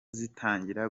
zitangira